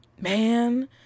Man